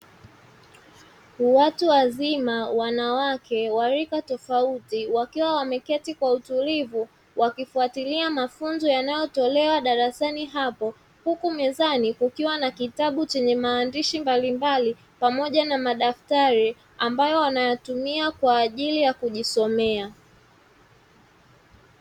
Watu wazima wanawake wa rika tofauti wakiwa wameketi kwa utulivu wakifuatilia mafunzo yanayotolewa darasani hapo, huku mezani kukiwa na kitabu chenye maandishi mbalimbali pamoja na madaftari ambayo wanayatumia kwa ajili ya kujisomea.